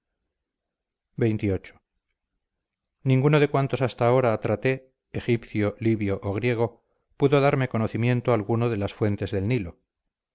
xxviii ninguno de cuantos hasta ahora traté egipcio libio o griego pudo darme conocimiento alguno de las fuentes del nilo